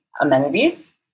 amenities